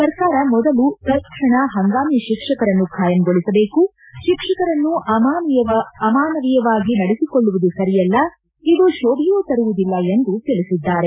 ಸರ್ಕಾರ ಮೊದಲು ತತಕ್ಷಣ ಪಂಗಾಮಿ ಶಿಕ್ಷಕರನ್ನು ಕಾಯಂಗೊಳಿಸಬೇಕು ಶಿಕ್ಷಕರನ್ನು ಅಮಾನವೀಯವಾಗಿ ನಡೆಸಿಕೊಳ್ಳುವುದು ಸರಿಯಲ್ಲ ಇದು ಶೋಭೆಯು ತರುವುದಿಲ್ಲ ಎಂದು ತಿಳಿಸಿದ್ದಾರೆ